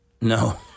No